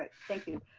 thank you.